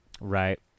Right